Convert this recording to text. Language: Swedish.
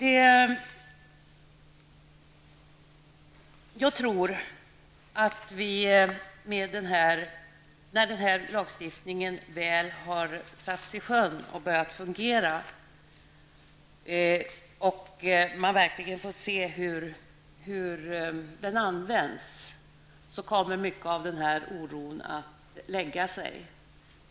Jag tror att när den här lagstiftningen väl har satts i sjön och börjat fungera, så att man verkligen får se hur den används, kommer mycket av oron att lägga sig.